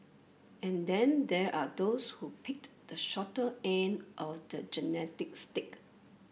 and then there are those who picked the shorter end of the genetic stick